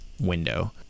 window